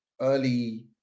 early